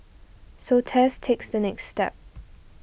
so Tess takes the next step